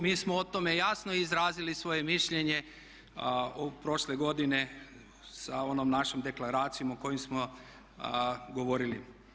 Mi smo o tome jasno izrazili svoje mišljenje prošle godine sa onom našom deklaracijom o kojoj smo govorili.